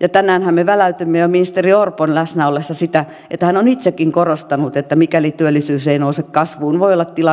ja tänäänhän me väläytimme jo ministeri orpon läsnä ollessa sitä että hän on itsekin korostanut että mikäli työllisyys ei nouse kasvuun